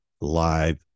live